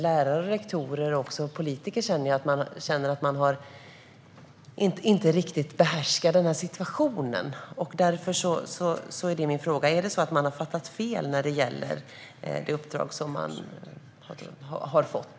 Lärare, rektorer och politiker känner att man inte riktigt behärskar den här situationen. Därför undrar jag om det är så att man har fattat fel när det gäller det uppdrag som man har fått.